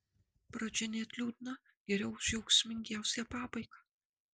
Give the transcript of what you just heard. pradžia net liūdna geriau už džiaugsmingiausią pabaigą